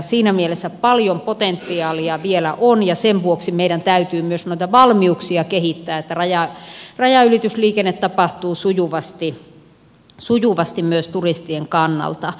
siinä mielessä paljon potentiaalia vielä on ja sen vuoksi meidän täytyy myös noita valmiuksia kehittää että rajanylitysliikenne tapahtuu sujuvasti myös turistien kannalta